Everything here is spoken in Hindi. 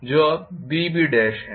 है जो अब BB है